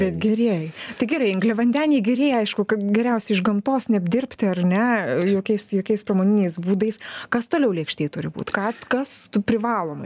bet gerieji tai gerai angliavandeniai gerieji aišku kad geriausi iš gamtos neapdirbti ar ne jokiais jokiais pramoniniais būdais kas toliau lėkštėj turi būt ką kas tu privalomai